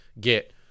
get